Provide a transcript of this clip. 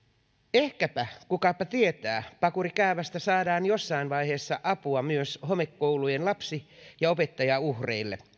ehkäpä kukapa tietää pakurikäävästä saadaan jossain vaiheessa apua myös homekoulujen lapsi ja opettajauhreille